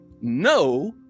no